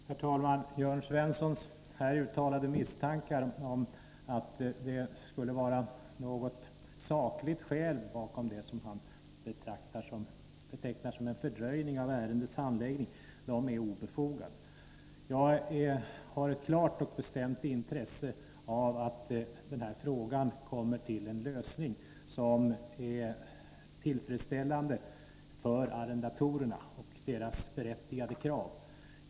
Herr talman! Jörn Svenssons här uttalade misstankar om att det skulle vara något sakligt skäl bakom det han betecknar som en fördröjning av ärendets handläggning är obefogade. Jag har ett klart och bestämt intresse av att den här frågan kommer till en lösning som är tillfredsställande för arrendatorerna och som motsvarar deras berättigade krav.